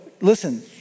listen